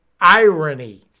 irony